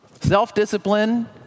Self-discipline